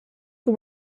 who